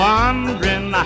Wondering